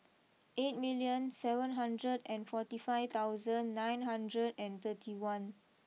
eight million seven hundred and forty five thousand nine hundred and thirty one